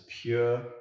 pure